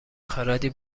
خردی